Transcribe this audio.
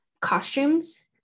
costumes